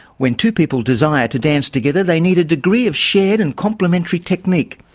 when two people desire to dance together, they need a degree of shared and complementary technique.